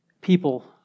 people